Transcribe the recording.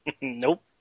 Nope